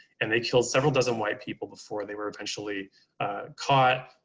and they killed several dozen white people before they were eventually caught.